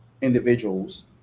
individuals